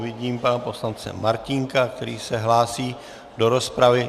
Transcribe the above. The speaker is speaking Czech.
Vidím pana poslance Martínka, který se hlásí do rozpravy.